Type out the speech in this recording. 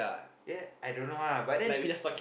ya I don't know ah but then